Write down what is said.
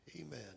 Amen